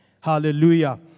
Hallelujah